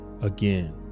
again